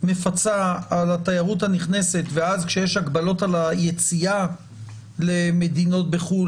מפצה על התיירות הנכנסת ואז כשיש הגבלות על היציאה למדינות בחוץ לארץ,